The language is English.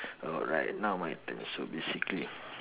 alright now my turn so basically